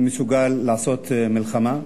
מסוגל לעשות מלחמה,